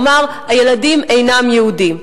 כלומר הילדים אינם יהודים.